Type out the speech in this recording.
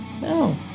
no